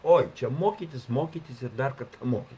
oi čia mokytis mokytis ir dar kad mokytis